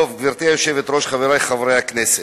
גברתי היושבת-ראש, חברי חברי הכנסת,